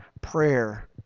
prayer